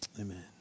Amen